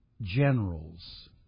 generals